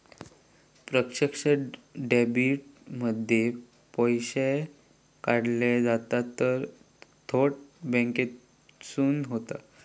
प्रत्यक्ष डेबीट मध्ये पैशे काढले जातत ता थेट बॅन्केसून होता